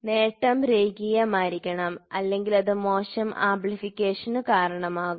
നേട്ടം രേഖീയമായിരിക്കണം അല്ലെങ്കിൽ അത് മോശം ആംപ്ലിഫിക്കേഷന് കാരണമാകും